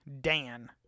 Dan